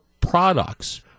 products